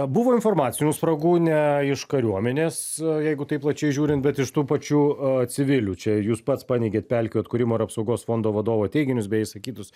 buvo informacinių spragų ne iš kariuomenės jeigu taip plačiai žiūrint bet iš tų pačių civilių čia jūs pats paneigėt pelkių atkūrimo ir apsaugos fondo vadovo teiginius bei išsakytus